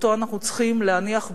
שאותו אנחנו צריכים להניח בצד,